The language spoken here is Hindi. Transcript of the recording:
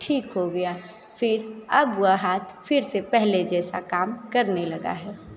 ठीक हो गया फिर अब वा हाथ फिर से पहले जैसा काम करने लगा है